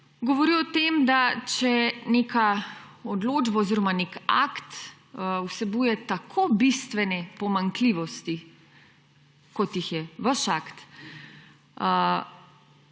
Govori o tem, če neka odločba oziroma nek akt vsebuje tako bistvene pomanjkljivosti, kot jih je vaš akt,